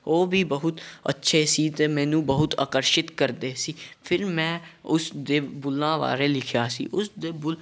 ਉਹ ਵੀ ਬਹੁਤ ਅੱਛੇ ਸੀ ਅਤੇ ਮੈਨੂੰ ਬਹੁਤ ਆਕਰਸ਼ਿਤ ਕਰਦੇ ਸੀ ਫਿਰ ਮੈਂ ਉਸਦੇ ਬੁੱਲਾਂ ਬਾਰੇ ਲਿਖਿਆ ਸੀ ਉਸਦੇ ਬੁੱਲ